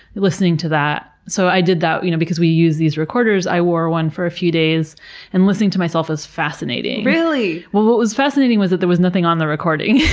listening to that. so i did that, you know because we use these recorders i wore one for a few days and listening to myself was fascinating. really? well, what was fascinating was that there was nothing on the recording.